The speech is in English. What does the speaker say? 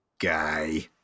guy